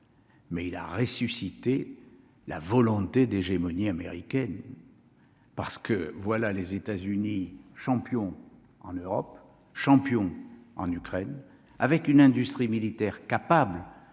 Mais il a ressuscité la volonté d'hégémonie américaine parce que voilà : les États-Unis champions en Europe champions en Ukraine avec une industrie militaire capable